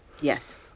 yes